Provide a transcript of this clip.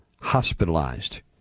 hospitalized